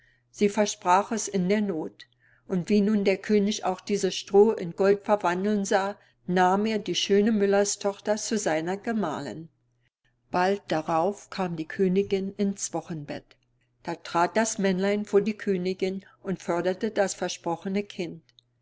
sie versprach es in der noth und wie nun der könig auch dieses stroh in gold verwandelt sah nahm er die schöne müllerstochter zu seiner gemahlin bald darauf kam die königin ins wochenbett da trat das männlein vor die königin und forderte das versprochene kind